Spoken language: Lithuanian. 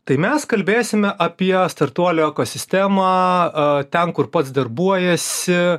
tai mes kalbėsime apie startuolio ekosistemą ten kur pats darbuojiesi